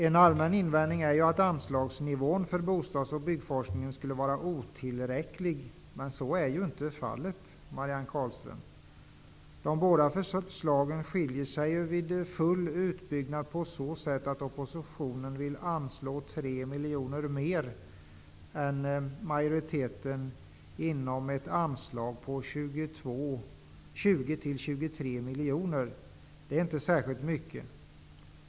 En allmän invändning är att anslagsnivån på bostads och byggforskningen skulle vara otillräcklig. Så är det inte, Marianne Carlström. Förslagen skiljer sig, vid full utbyggnad, på så sätt att oppositionen vill anslå 3 miljoner mer än majoriteten inom ett anslag på 20--23 miljoner. Det är inte särskilt mycket.